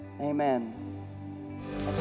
Amen